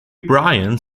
bryan